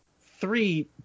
three